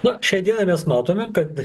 na šiandieną mes matome kad